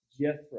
Jethro